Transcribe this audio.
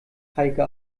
heike